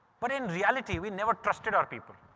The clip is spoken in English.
but in reality, we never trusted our people.